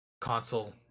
console